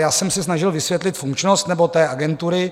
Já jsem se snažil vysvětlit funkčnost nebo té agentury...